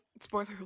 Spoiler